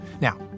Now